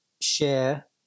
share –